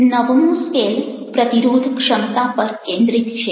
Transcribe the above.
નવમો સ્કેલ પ્રતિરોધક્ષમતા પર કેન્દ્રિત છે